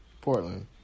Portland